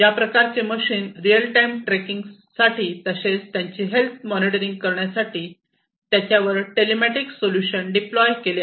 या प्रकारचे machine real time ट्रेकिंगसाठी तसेच त्यांची हेल्थ मॉनिटरिंग करण्यासाठी त्यांच्यावर टेलिमॅटिक सोल्युशन डीप्लाय केले आहेत